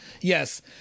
Yes